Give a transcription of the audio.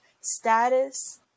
status